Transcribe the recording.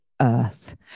earth